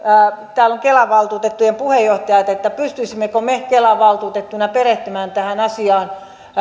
täällä on kelan valtuutettujen puheenjohtajat pystyisimmekö me kelan valtuutettuina perehtymään tähän asiaan